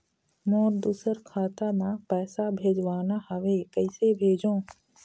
मोर दुसर खाता मा पैसा भेजवाना हवे, कइसे भेजों?